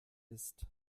ist